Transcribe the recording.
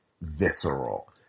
visceral